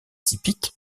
typique